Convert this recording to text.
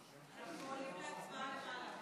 אנחנו עולים להצבעה למעלה.